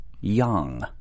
young